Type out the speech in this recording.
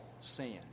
sin